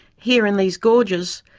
here in these gorges,